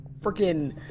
freaking